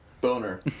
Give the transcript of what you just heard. Boner